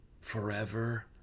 forever